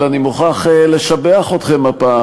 אבל אני מוכרח לשבח אתכם הפעם,